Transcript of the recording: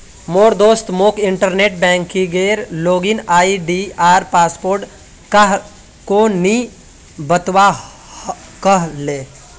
मोर दोस्त मोक इंटरनेट बैंकिंगेर लॉगिन आई.डी आर पासवर्ड काह को नि बतव्वा कह ले